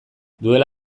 duela